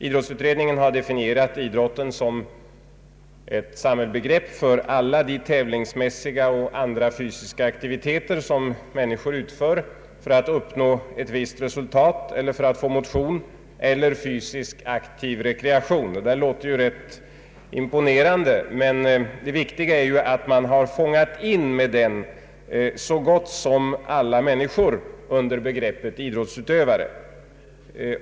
Idrottsutredningen har = definierat idrotten som ett samlande begrepp för alla de tävlingsmässiga och andra fysiska aktiviteter som människor utför för att uppnå ett visst resultat eller för att få motion eller fysisk aktiv rekreation. Detta låter imponerande, men det viktiga är att man har fångat in så gott som alla människor under begreppet idrottsutövare.